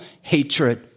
hatred